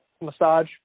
massage